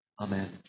Amen